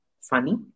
funny